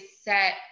set